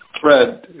Fred